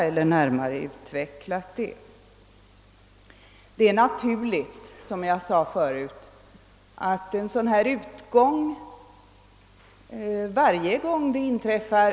Som jag sade förut är det naturligt att ett sådant här resultat väcker en stor undran varje gång det inträffar.